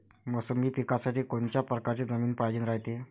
मोसंबी पिकासाठी कोनत्या परकारची जमीन पायजेन रायते?